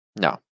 No